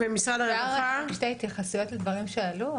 אפשר שתי התייחסויות לדברים שעלו?